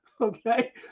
okay